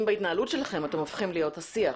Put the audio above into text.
בהתנהלות שלכם אתם הופכים להיות השיח.